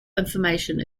information